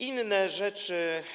Inne rzeczy.